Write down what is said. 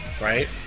right